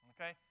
Okay